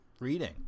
reading